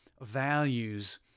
values